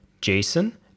jason